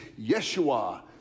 Yeshua